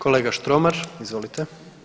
Kolega Štromar, izvolite.